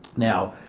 now,